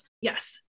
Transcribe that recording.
Yes